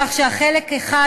כך שחלק אחד